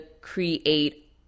create